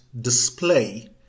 display